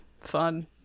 Fun